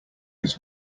his